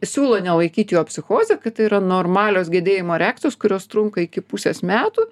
siūlo nelaikyt jo psichoze kad tai yra normalios gedėjimo reakcijos kurios trunka iki pusės metų